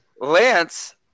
Lance